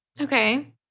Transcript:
Okay